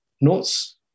Notes